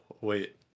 wait